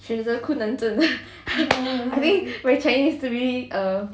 选择困难症 I think my chinese to be uh